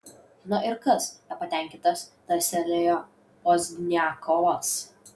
na ir kas nepatenkintas tarstelėjo pozdniakovas